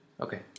Okay